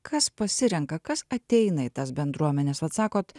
kas pasirenka kas ateina į tas bendruomenes vat sakot